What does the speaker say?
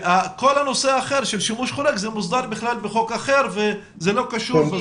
כל הנושא האחר של שימוש חורג מוסדר בחוק אחר והוא לא קשור.